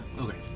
Okay